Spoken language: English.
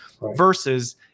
Versus